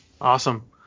Awesome